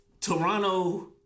Toronto